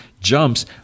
jumps